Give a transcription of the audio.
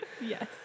Yes